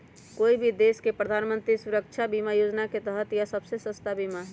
कोई भी देश के प्रधानमंत्री सुरक्षा बीमा योजना के तहत यह सबसे सस्ता बीमा हई